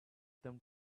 them